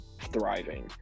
thriving